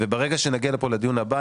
ברגע שנגיע לכאן לדיון הבא,